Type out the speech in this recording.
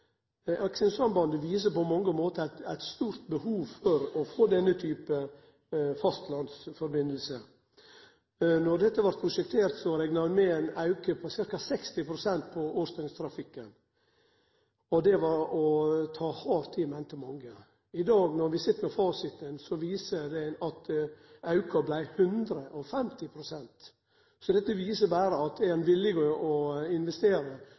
viser på mange måtar eit stort behov for å få denne typen fastlandssamband. Då dette var prosjektert, rekna ein med ein auke på 60 pst. i årsdøgntrafikken – og det var å ta hardt i, meinte mange. I dag, når vi sit med fasiten, viser han at auken blei 150 pst. Dette viser altså berre at er ein villig til å investere,